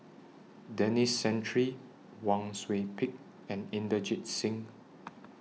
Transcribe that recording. Denis Santry Wang Sui Pick and Inderjit Singh